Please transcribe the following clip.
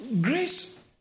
Grace